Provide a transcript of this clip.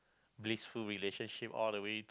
blissful relationship all the way